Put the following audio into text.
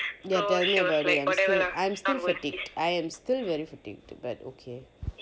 ya tell me about it I am still fatigue I am still very fatigue but okay